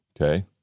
Okay